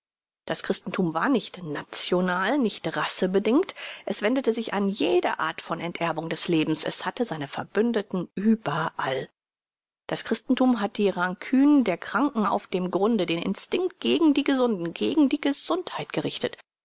das christenthum war nicht national nicht rassebedingt es wendete sich an jede art von enterbten des lebens es hatte seine verbündeten überall das christenthum hat die rancune der kranken auf dem grunde den instinkt gegen die gesunden gegen die gesundheit gerichtet